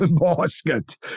Basket